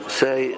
say